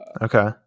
Okay